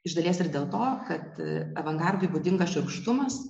iš dalies ir dėl to kad avangardui būdingas šiurkštumas